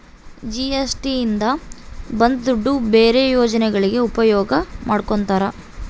GST ಇಂದ ಬಂದ್ ದುಡ್ಡು ಬೇರೆ ಯೋಜನೆಗಳಿಗೆ ಉಪಯೋಗ ಮಾಡ್ಕೋತರ